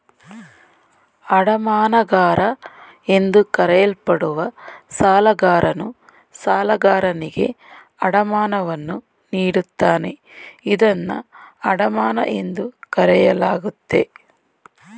ಅಡಮಾನಗಾರ ಎಂದು ಕರೆಯಲ್ಪಡುವ ಸಾಲಗಾರನು ಸಾಲಗಾರನಿಗೆ ಅಡಮಾನವನ್ನು ನೀಡುತ್ತಾನೆ ಇದನ್ನ ಅಡಮಾನ ಎಂದು ಕರೆಯಲಾಗುತ್ತೆ